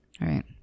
Right